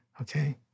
Okay